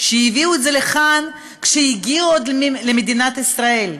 שהביאו את זה לכאן עוד כשהגיעו למדינת ישראל.